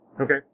Okay